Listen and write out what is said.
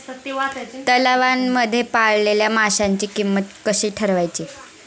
तलावांमध्ये पाळलेल्या माशांची किंमत कशी ठरवायची?